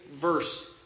verse